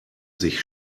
sich